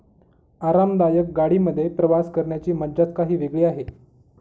आरामदायक गाडी मध्ये प्रवास करण्याची मज्जाच काही वेगळी आहे